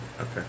Okay